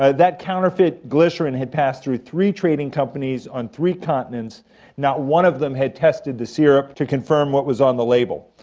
ah that counterfeit glycerine had passed through three trading companies on three continents and not one of them had tested the syrup to confirm what was on the label.